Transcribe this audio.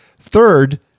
Third